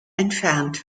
entfernt